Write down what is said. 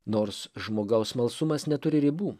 nors žmogaus smalsumas neturi ribų